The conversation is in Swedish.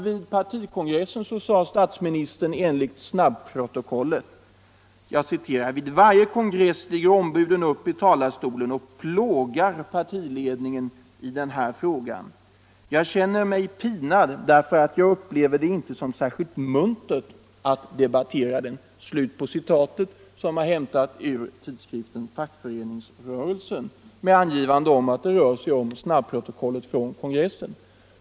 Vid partikongressen sade statsministern enligt protokollet: ”Vid varje kongress stiger ombuden upp i talarstolen och plågar partiledningen i den här frågan. Jag känner mig pinad därför att jag upplever det inte som särskilt muntert att debattera den.” Citatet var hämtat ur tidskriften Fackföreningsrörelsen som angivit att det tagits ur snabbprotokollet från kongressen.